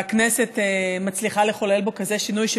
והכנסת מצליחה לחולל בו כזה שינוי,